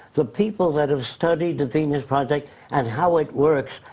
the people that have studied the venus project and how it works,